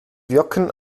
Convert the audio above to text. wirken